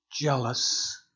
jealous